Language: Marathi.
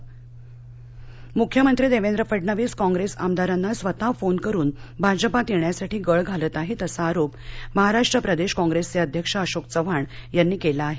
चव्हाण मुख्यमंत्री देवेंद्र फडणविस कॉप्रेस आमदारांना स्वतः फोन करून भाजपात येण्यासाठी गळ घालत आहेत असा आरोप महाराष्ट् प्रदेश कॉप्रेसचे अध्यक्ष अशोक चव्हाण यांनी केला आहे